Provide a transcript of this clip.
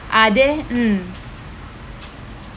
are there mm